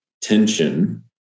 tension